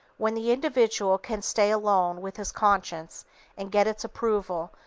when the individual can stay alone with his conscience and get its approval,